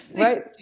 Right